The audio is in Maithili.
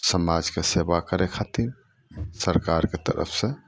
समाजके सेवा करय खातिर सरकारके तरफसँ